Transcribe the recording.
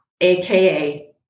AKA